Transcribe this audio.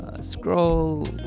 scroll